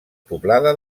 poblada